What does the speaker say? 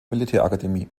militärakademie